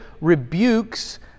rebukes